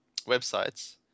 websites